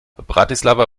bratislava